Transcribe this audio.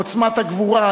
עוצמת הגבורה,